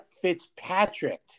Fitzpatrick